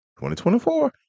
2024